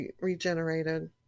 regenerated